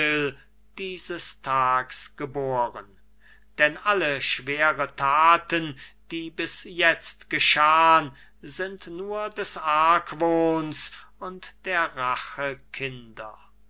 dieses tags geboren denn alle schweren thaten die bis jetzt geschahn sind nur des argwohns und der rache